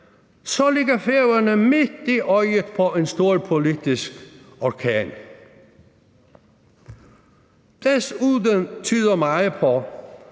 ligger Færøerne midt i øjet på en storpolitisk orkan. Desuden tyder meget på,